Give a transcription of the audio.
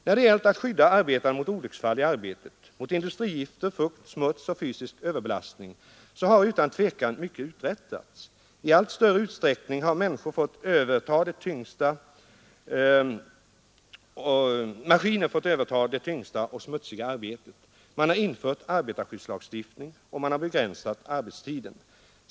När det gällt att skydda arbetaren mot olycksfall i arbetet, mot industrigifter, fukt, smuts och fysisk överbelastning, har utan tvivel mycket uträttats. I allt större utsträckning har maskiner fått överta det tyngsta och smutsigaste arbetet. Man har infört arbetarskyddslagstiftning och man har begränsat arbetstiden.